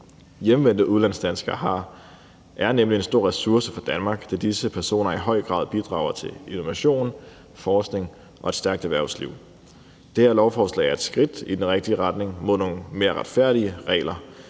Hjemvendte udlandsdanskere er nemlig en stor ressource for Danmark, da disse personer i høj grad bidrager til innovation, forskning og et stærkt erhvervsliv. Det her lovforslag er et skridt i den rigtige retning mod nogle mere retfærdige regler.